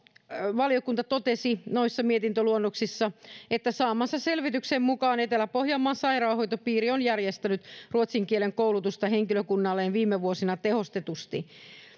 valiokunta totesi noissa mietintöluonnoksissa että sen saaman selvityksen mukaan etelä pohjanmaan sairaanhoitopiiri on järjestänyt ruotsin kielen koulutusta henkilökunnalleen viime vuosina tehostetusti